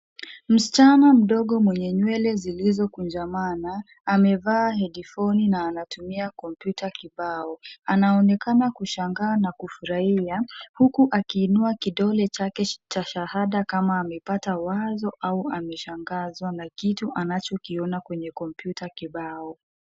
Msichana mdogo mwenye nywele zilizokunjamana amevaa hedifoni na anatumia kompyuta kibao. Anaonekana kushangaa na kufurahia huku akiinua kidole chake cha shahada kama amepata wazo au ameshangazwa na kitu anachokiona kwenye kompyuta kibao.